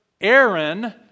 Aaron